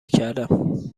کردم